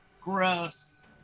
gross